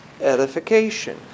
edification